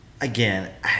again